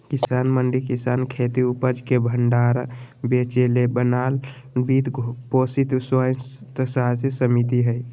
किसान मंडी किसानखेती उपज के भण्डार बेचेले बनाल वित्त पोषित स्वयात्तशासी समिति हइ